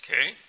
Okay